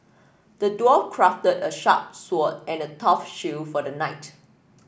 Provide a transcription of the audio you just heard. the dwarf crafted a sharp sword and a tough shield for the knight